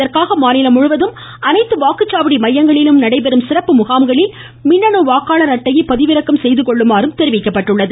இதற்காக மாநிலம் முழுவதும் அனைத்து வாக்குச்சாவடி மையங்களிலும் நடைபெறும் சிறப்பு முகாம்களில் மின்னணு வாக்காளர் அட்டையை பதிவிறக்கம் செய்து கொள்ளுமாறும் தெரிவிக்கப்பட்டுள்ளது